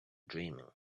dreaming